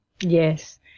yes